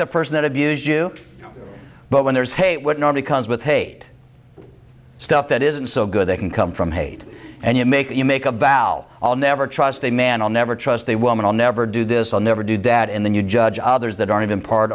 the person that abuse you but when there is hate what normally comes with hate stuff that isn't so good they can come from hate and you make you make a vow i'll never trust a man on never trust a woman all never do this i'll never do that and then you judge others that aren't even part